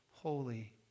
Holy